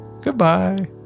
goodbye